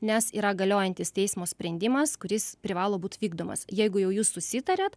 nes yra galiojantis teismo sprendimas kuris privalo būt vykdomas jeigu jau jūs susitarėt